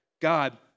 God